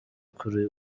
kuri